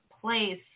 place